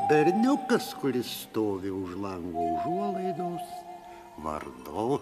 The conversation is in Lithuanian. berniukas kuris stovi už lango užuolaidos vardu